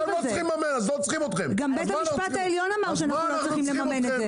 אתם לא צריכים לממן, אז לא צריכים אתכם.